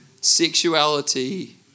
sexuality